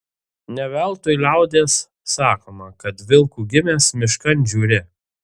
ne veltui liaudies sakoma kad vilku gimęs miškan žiūri